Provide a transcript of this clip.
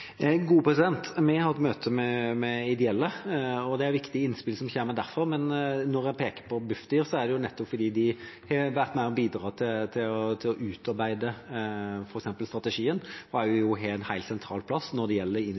Vi har hatt møte med ideelle, og det er viktige innspill som kommer derfra, men når jeg peker på Bufdir, er det fordi de har vært med og bidratt til f.eks. å utarbeide strategien og har en helt sentral plass når det gjelder